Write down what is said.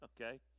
okay